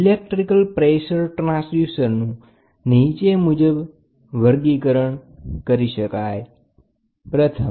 electrical pressure ટ્રાન્સડ્યુસરનું નીચે મુજબ વર્ગીકરણ થાય છે